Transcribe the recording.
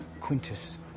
Quintus